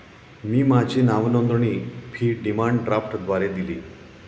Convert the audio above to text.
मी माझी नावनोंदणी fee demand ड्राफ्टद्वारे दिली